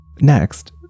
Next